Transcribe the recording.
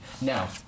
Now